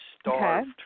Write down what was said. starved